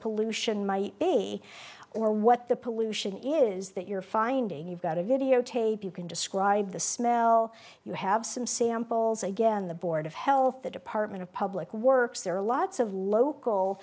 pollution might be or what the pollution is that you're finding you've got a videotape you can describe the smell you have some samples again the board of health the department of public works there are lots of local